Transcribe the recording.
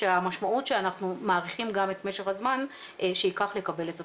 שהמשמעות שאנחנו מעריכים גם את משך הזמן שייקח לקבל את התוצאה.